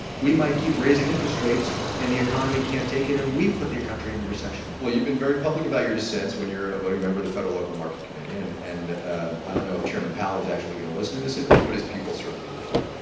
we might keep raising interest rates and the economy can't take it and we put the country into recession well you've been very public about your dissents when you're a voting member of the federal open market committee. and and i don't know if chairman powell is actually going to listen to this interview but his people certainly will.